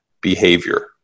behavior